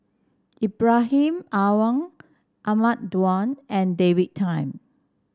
Ibrahim Awang Ahmad Daud and David Tham